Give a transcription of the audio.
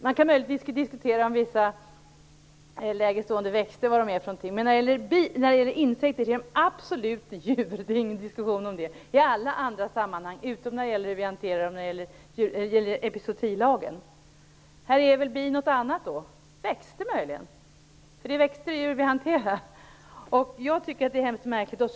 Man kan möjligen diskutera detta när det gäller lägre stående arter, men när det gäller insekter vill jag påstå att de absolut är djur i alla andra sammanhang, utom när det gäller epizootilagen. Då är väl bin något annat - växter möjligen. Det är ju växter och djur vi hanterar. Jag tycker att detta är mycket märkligt.